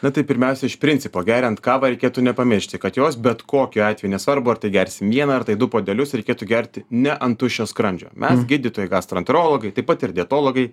na tai pirmiausia iš principo geriant kavą reikėtų nepamiršti kad jos bet kokiu atveju nesvarbu ar tai gersim vieną ar tai du puodelius reikėtų gerti ne ant tuščio skrandžio mes gydytojai gastroenterologai taip pat ir dietologai